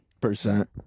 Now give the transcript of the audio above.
Percent